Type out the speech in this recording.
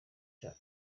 cya